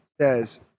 says